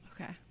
okay